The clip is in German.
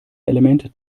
element